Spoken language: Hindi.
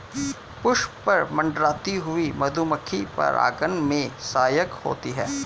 पुष्प पर मंडराती हुई मधुमक्खी परागन में सहायक होती है